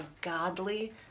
godly